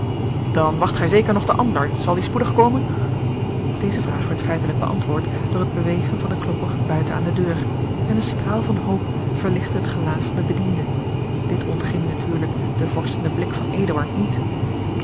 dan wacht gij zeker nog den ander zal die spoedig komen deze vraag werd feitelijk beantwoord door het bewegen van den klopper buiten aan de deur en een straal van hoop verlichtte het gelaat van den bediende dit ontging natuurlijk den vorschenden blik van eduard niet